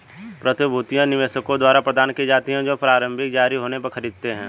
प्रतिभूतियां निवेशकों द्वारा प्रदान की जाती हैं जो प्रारंभिक जारी होने पर खरीदते हैं